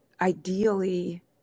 Ideally